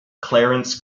clarence